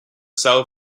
cell